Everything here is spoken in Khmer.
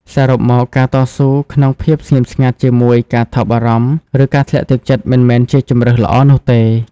សរុបមក ការតស៊ូក្នុងភាពស្ងៀមស្ងាត់ជាមួយការថប់បារម្ភ ឬការធ្លាក់ទឹកចិត្ត មិនមែនជាជម្រើសល្អនោះទេ។